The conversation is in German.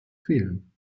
fehlen